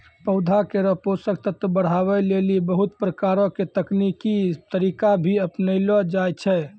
पौधा केरो पोषक तत्व बढ़ावै लेलि बहुत प्रकारो के तकनीकी तरीका भी अपनैलो जाय छै